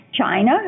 China